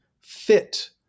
fit